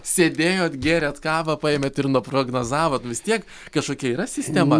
sėdėjot gėrėt kavą paėmėt ir nuprognozavot vis tiek kažkokia yra sistema